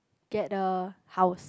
get a house